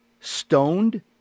stoned